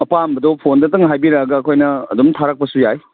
ꯑꯄꯥꯝꯕꯗꯣ ꯐꯣꯟꯗꯗꯪ ꯍꯥꯏꯕꯤꯔꯛꯑꯒ ꯑꯩꯈꯣꯏꯅ ꯑꯗꯨꯝ ꯊꯥꯔꯛꯄꯁꯨ ꯌꯥꯏ